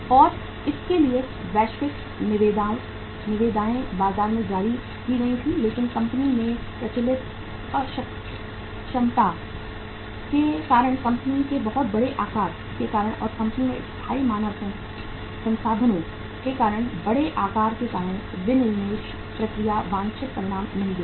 और इसके लिए वैश्विक निविदाएं बाजार में जारी की गई थीं लेकिन कंपनी में प्रचलित अक्षमता के कारण कंपनी के बहुत बड़े आकार के कारण और कंपनी में स्थायी मानव संसाधनों के बहुत बड़े आकार के कारण विनिवेश प्रक्रिया वांछित परिणाम नहीं दे सकी